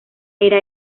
era